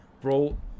bro